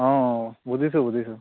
অঁ অঁ বুজিছোঁ বুজিছোঁ